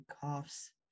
coughs